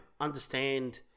understand